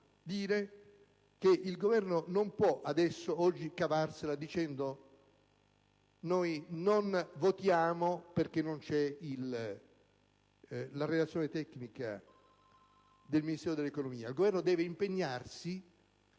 vicenda. Il Governo non può oggi cavarsela dicendo che non votiamo perché non c'è la relazione tecnica del Ministero dell'economia. Il Governo deve impegnarsi